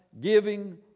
giving